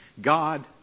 God